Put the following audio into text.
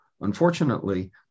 Unfortunately